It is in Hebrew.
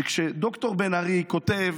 שכאשר ד"ר בן ארי כותב